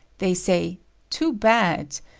they say too bad,